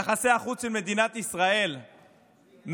יחסי החוץ של מדינת ישראל מעולם